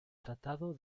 tratado